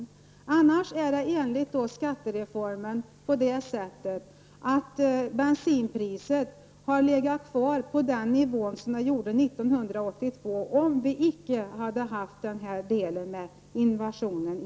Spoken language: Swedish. Enligt skattereformen hade bensinpriset legat kvar på den nivå som det hade 1982, om icke invasionen i